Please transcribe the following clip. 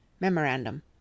Memorandum